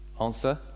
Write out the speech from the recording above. Answer